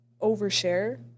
overshare